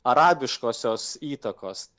arabiškosios įtakos